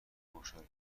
مشارکت